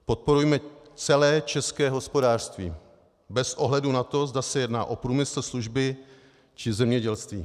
Podporujme celé české hospodářství bez ohledu na to, zda se jedná o průmysl, služby či zemědělství.